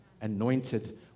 anointed